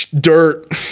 dirt